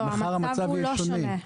מחר המצב יהיה שונה.